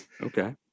Okay